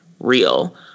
real